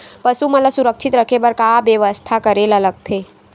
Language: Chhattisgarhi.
पशु मन ल सुरक्षित रखे बर का बेवस्था करेला लगथे?